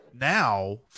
Now